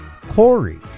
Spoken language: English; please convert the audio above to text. Corey